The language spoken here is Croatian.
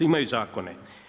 Imaju zakone.